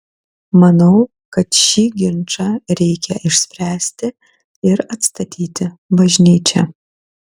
manau kad šį ginčą reikia išspręsti ir atstatyti bažnyčią